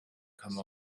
come